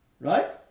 Right